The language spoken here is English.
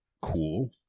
cool